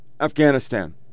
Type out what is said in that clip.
Afghanistan